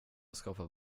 skapar